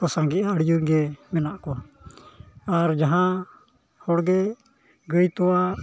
ᱠᱚ ᱥᱟᱸᱜᱮᱜᱼᱟ ᱟᱹᱰᱤ ᱡᱳᱨ ᱜᱮ ᱢᱮᱱᱟᱜ ᱠᱚᱣᱟ ᱟᱨ ᱡᱟᱦᱟᱸ ᱦᱚᱲᱜᱮ ᱜᱟᱹᱭ ᱛᱳᱣᱟ